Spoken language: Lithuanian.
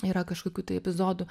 yra kažkokių tai epizodų